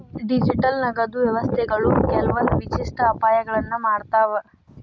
digital ನಗದು ವ್ಯವಸ್ಥೆಗಳು ಕೆಲ್ವಂದ್ ವಿಶಿಷ್ಟ ಅಪಾಯಗಳನ್ನ ಮಾಡ್ತಾವ